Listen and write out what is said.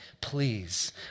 Please